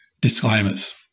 disclaimers